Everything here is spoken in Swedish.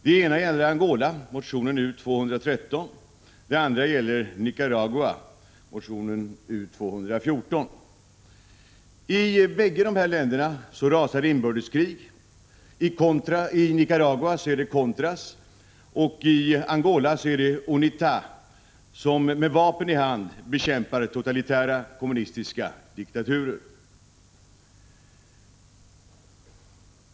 Det ena gäller Angola, motionen U213. Det andra gäller Nicaragua, motionen U214. I bägge dessa länder rasar inbördeskrig. I Nicaragua är det Contras och i Angola är det UNITA som med vapen i hand bekämpar totalitära kommunistiska diktaturer.